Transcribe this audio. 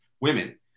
women